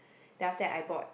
then after that I bought